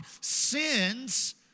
Sins